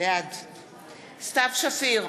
בעד סתיו שפיר,